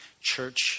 church